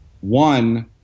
One